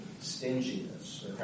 stinginess